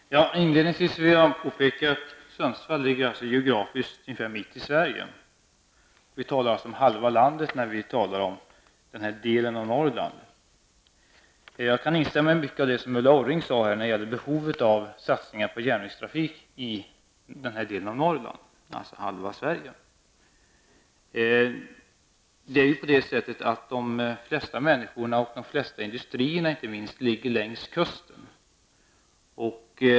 Herr talman! Inledningsvis vill jag påpeka att Sundsvall geografiskt ligger ungefär mitt i Sverige. Vi talar alltså om halva landet när vi talar om ''den här delen av Norrland''. Jag kan instämma i mycket av det Ulla Orring sade om behovet av satsningar på järnvägstrafik i den här delen av Norrland, alltså halva Sverige. De flesta människorna och de flesta industrierna finns längs kusten.